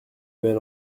bel